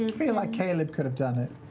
and feel like caleb could have done it.